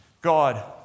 God